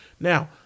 Now